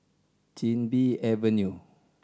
Chin Bee Avenue